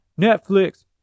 Netflix